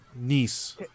niece